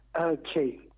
Okay